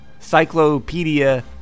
Cyclopedia